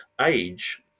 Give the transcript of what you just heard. age